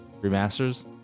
remasters